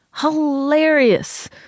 Hilarious